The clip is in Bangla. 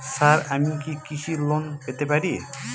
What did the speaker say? স্যার আমি কি কৃষি লোন পেতে পারি?